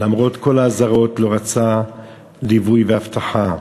למרות כל האזהרות לא רצה ליווי ואבטחה.